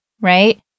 right